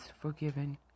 forgiven